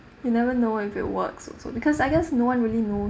you never know if it works also because I guess no one really knows